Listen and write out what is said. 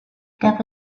there